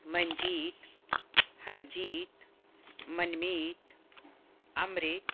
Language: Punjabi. ਮਨਜੀਤ ਹਰਜੀਤ ਮਨਮੀਤ ਅੰਮ੍ਰਿਤ